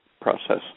process